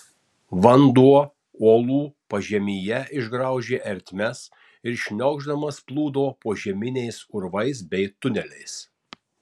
vanduo uolų pažemyje išgraužė ertmes ir šniokšdamas plūdo požeminiais urvais bei tuneliais